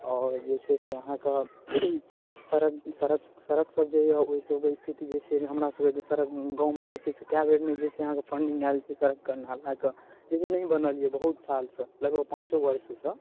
आओर जे छै से अहाँके सड़क सड़क सड़क सब जे यऽ ओहि सऽ ओकर स्थिति जे यऽ से हमरा सबके गाँवमे छै से कए बेर ने अहाँके फन्डिंग आयल छै सड़कके नालाके लेकिन नहि बनल यऽ बहुत साल सऽ लगभग पाँचो वर्ष सऽ